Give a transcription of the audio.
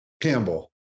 Campbell